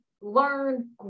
learn